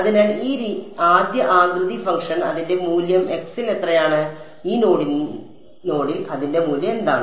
അതിനാൽ ഈ ആദ്യ ആകൃതി ഫംഗ്ഷൻ അതിന്റെ മൂല്യം x ൽ എത്രയാണ് ഈ നോഡിൽ അതിന്റെ മൂല്യം എന്താണ്